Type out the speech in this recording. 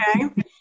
okay